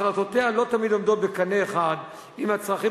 החלטותיה לא תמיד עומדות בקנה אחד עם הצרכים